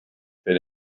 fit